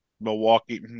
milwaukee